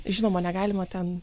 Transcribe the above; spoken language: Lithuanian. žinoma negalima ten